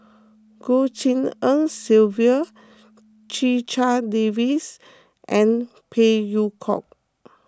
Goh Tshin En Sylvia Checha Davies and Phey Yew Kok